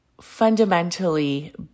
fundamentally